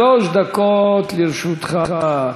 שלוש דקות לרשותך,